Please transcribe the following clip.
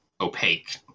opaque